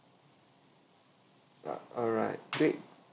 ya alright great